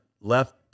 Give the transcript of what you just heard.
left